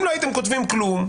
אם לא הייתם כותבים כלום,